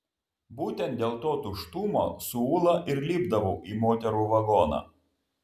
būtent dėl to tuštumo su ūla ir lipdavau į moterų vagoną